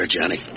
Johnny